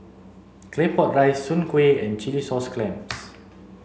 Claypot rice soon Kway and Chilli sauce clams